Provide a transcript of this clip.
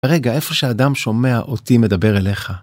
רגע, איפה שאדם שומע אותי מדבר אליך?